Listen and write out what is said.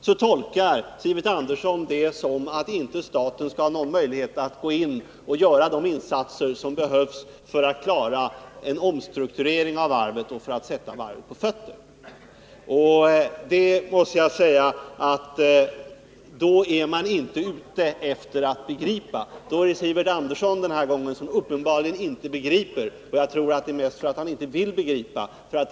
Detta tolkas av Sivert Andersson så att staten inte skulle ha någon möjlighet att göra de insatser som behövs för att klara en omstrukturering av ett varv, för att sätta det på fötter igen. Om man uttalar sig på ett sådant sätt gör man verkligen inga försök att begripa vad det är fråga om. Det är i detta sammanhang uppenbarligen Sivert Andersson som inte begriper — och jag tror att det mest beror på att han inte vill göra det.